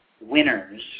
winners